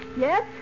Yes